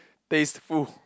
tasteful